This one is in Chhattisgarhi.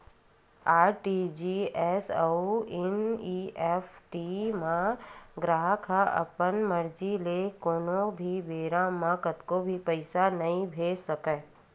आर.टी.जी.एस अउ एन.इ.एफ.टी म गराहक ह अपन मरजी ले कोनो भी बेरा म कतको भी पइसा नइ भेज सकय